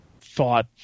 thought